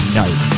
night